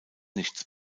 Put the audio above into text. nichts